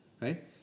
right